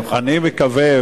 אני מקווה,